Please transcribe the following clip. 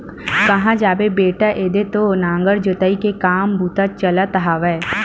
काँहा जाबे बेटा ऐदे तो नांगर जोतई के काम बूता ह चलत हवय